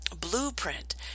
blueprint